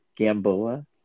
Gamboa